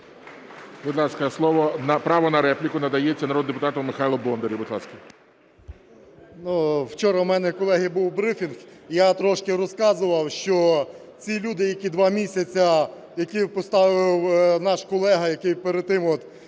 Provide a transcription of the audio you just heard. Вчора у мене, колеги, був брифінг. Я трошки розказував, що ці люди, які два місяці…, яких поставив наш колега, який перед тим